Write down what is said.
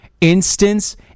instance